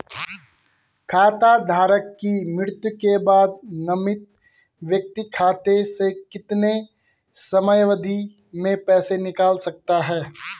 खाता धारक की मृत्यु के बाद नामित व्यक्ति खाते से कितने समयावधि में पैसे निकाल सकता है?